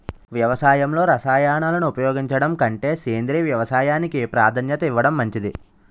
వ్యవసాయంలో రసాయనాలను ఉపయోగించడం కంటే సేంద్రియ వ్యవసాయానికి ప్రాధాన్యత ఇవ్వడం మంచిది